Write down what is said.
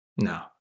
No